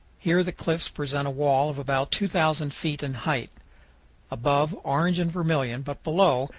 here the cliffs present a wall of about two thousand feet in height above, orange and vermilion, but below,